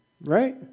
Right